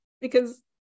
because-